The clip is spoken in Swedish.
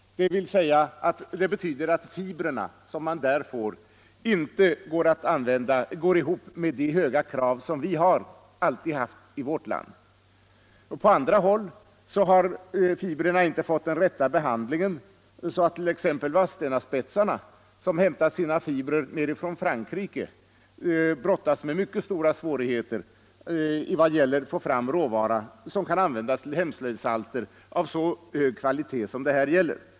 Det betyder att de fibrer som man där får inte går ihop med de höga krav som vi har och alltid har haft i vårt land. På andra håll har fibrerna inte fått den rätta behandlingen, vilket har gjort att t.ex. tillverkarna av Vadstenaspetsar, till vilka linet hämtas från Frankrike, nu brottas med mycket stora svårigheter när det gäller att få fram en råvara som kan användas till hemslöjdsalster av så höga kvaliteter som det här gäller.